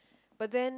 but then